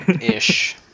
Ish